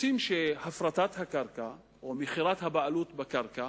רוצים שהפרטת הקרקע או מכירת הבעלות בקרקע,